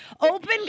Open